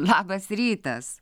labas rytas